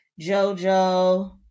JoJo